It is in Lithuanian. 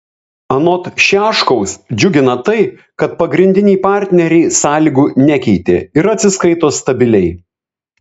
anot šiaškaus džiugina tai kad pagrindiniai partneriai sąlygų nekeitė ir atsiskaito stabiliai